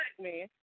man